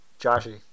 Joshy